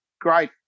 great